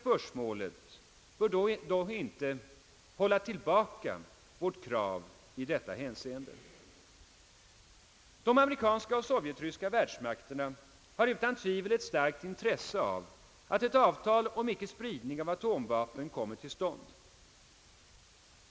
Sveriges utrikespolitik spörsmål bör dock inte 'hålla tillbaka vårt krav i detta hänseende; De amerikanska och sovjetryska världsmakterna har utan tvivel ett starkt intresse av att ett avtal om ickespridning av atomvapen kommer till stånd.